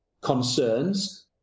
concerns